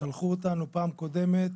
שלחו אותנו בפעם הקודמת